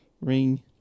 ring